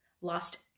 lost